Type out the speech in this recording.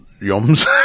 Yum's